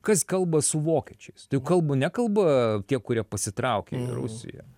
kas kalba su vokiečiais tai juk kalba nekalba tie kurie pasitraukė į rusiją